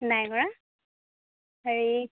নাইকৰা হেৰি